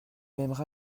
aimera